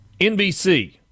NBC